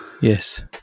Yes